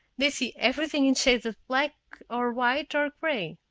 they see everything in shades of black or white or gray.